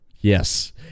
Yes